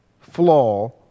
flaw